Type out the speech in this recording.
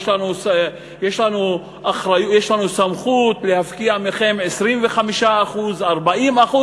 יש לנו סמכות להפקיע מכם 25% 40%,